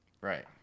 Right